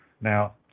Now